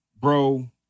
Bro